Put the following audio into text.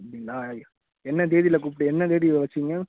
அப்படிங்களா என்ன தேதியில் கூப்பிட்டு என்ன தேதியில் வைச்சீங்க